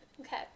okay